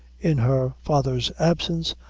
in her father's absence,